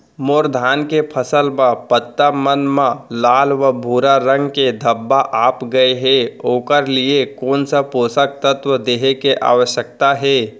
मोर धान के फसल म पत्ता मन म लाल व भूरा रंग के धब्बा आप गए हे ओखर लिए कोन स पोसक तत्व देहे के आवश्यकता हे?